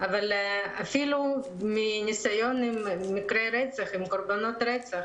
אבל אפילו מניסיון עם קורבנות רצח,